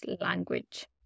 language